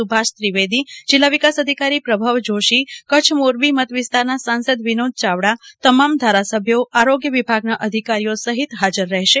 સુભાષ ત્રિવેદી જીલ્લા વિકાસ અધિકારી પ્રભવ જોશી કચ્છ મોરબી સંસદ વિનોદ યાવડા તમામ ધારાસભ્યો સઠીત આરોગ્ય વિભાગના અધિકારીઓ સઠીત હાજર રહેશે